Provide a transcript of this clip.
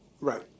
Right